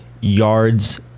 yards